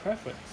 preference